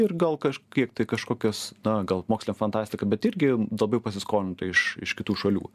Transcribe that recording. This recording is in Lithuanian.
ir gal kažkiek tai kažkokios na gal mokslinė fantastika bet irgi labiau pasiskolinta iš iš kitų šalių